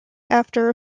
after